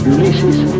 Ulysses